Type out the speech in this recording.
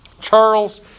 Charles